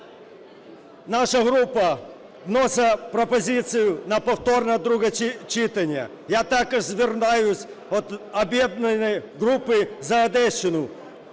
Наша група вносить пропозицію: на повторне друге читання. Я також звертаюсь від об'єднаної групи "За Одещину".